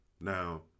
Now